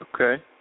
Okay